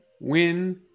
win